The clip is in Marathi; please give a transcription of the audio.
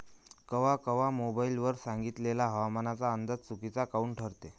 कवा कवा मोबाईल वर सांगितलेला हवामानाचा अंदाज चुकीचा काऊन ठरते?